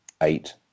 eight